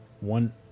one